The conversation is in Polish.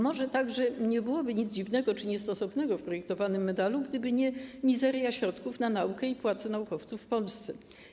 Może także nie byłoby nic dziwnego czy niestosownego w projektowanym medalu, gdyby nie mizeria środków na naukę i płacę naukowców w Polsce.